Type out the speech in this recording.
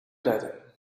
redden